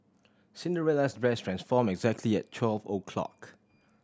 Cinderella's dress transformed exactly at twelve o' clock